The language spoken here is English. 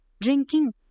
drinking